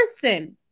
person